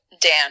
Dan